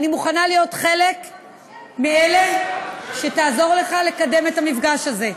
אני מוכנה להיות חלק מאלה שיעזרו לך לקדם את המפגש הזה,